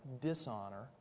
dishonor